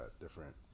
different